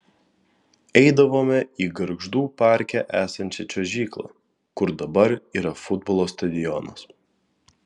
eidavome į gargždų parke esančią čiuožyklą kur dabar yra futbolo stadionas